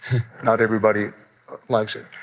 not everybody likes it,